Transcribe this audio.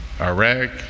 Iraq